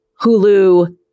Hulu